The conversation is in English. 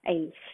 !hais!